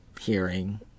hearing